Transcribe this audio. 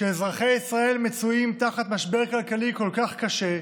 כשאזרחי ישראל מצויים תחת משבר כלכלי כל כך קשה,